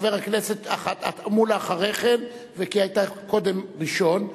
חבר הכנסת מולה אחרי כן, כי היית קודם ראשון.